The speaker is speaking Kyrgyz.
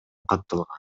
катталган